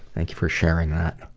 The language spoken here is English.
thank you for sharing that.